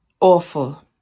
awful